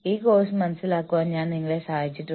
ഈ കോഴ്സിൽ ഞാൻ നിങ്ങളെ സഹായിക്കുന്നു